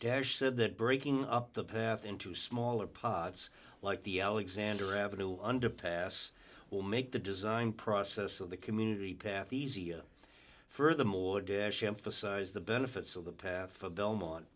dash said that breaking up the path into smaller pods like the alexander avenue underpass will make the design process of the community path the zia furthermore dash emphasized the benefits of the path of belmont